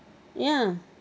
ya